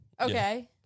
Okay